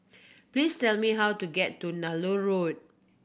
please tell me how to get to Nallur Road